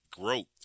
growth